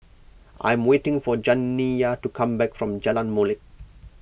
I am waiting for Janiyah to come back from Jalan Molek